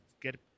get